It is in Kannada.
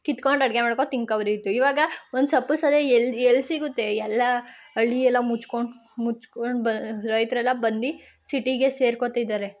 ಕಿತ್ಕೊಂಡು ಅಡಿಗೆ ಮಾಡ್ಕೊಂಡು ತಿನ್ಕೋಬೋದಿತ್ತು ಇವಾಗ ಒಂದು ಸಪ್ಪೋಸ್ ಅದೇ ಎಲ್ಲಿ ಎಲ್ಲಿ ಸಿಗುತ್ತೆ ಎಲ್ಲ ಹಳ್ಳಿಯೆಲ್ಲ ಮುಚ್ಕೊಂಡು ಮುಚ್ಕೊಂಡು ಬ ರೈತರೆಲ್ಲ ಬಂದು ಸಿಟಿಗೆ ಸೇರ್ಕೋತ್ತಿದ್ದಾರೆ